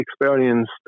experienced